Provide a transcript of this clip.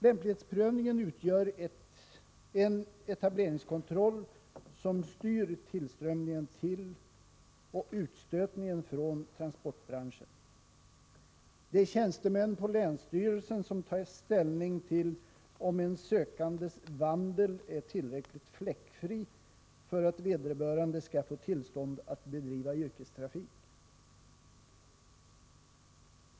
Lämplighetsprövningen utgör en etableringskontroll som styr tillströmningen till och utstötningen från transportbranschen. Det är tjänstemän på länsstyrelsen som tar ställning till om en sökandes vandel är tillräckligt fläckfri för att vederbörande skall få tillstånd att bedriva yrkestrafik.